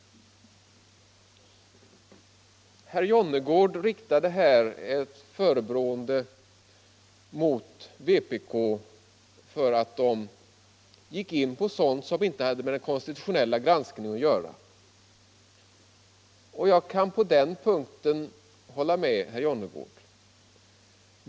Herr Jonnergård förebrådde vpk för att partiet gick in på sådant som inte har med den konstitutionella granskningen att göra. Jag kan på den punkten hålla med herr Jonnergård.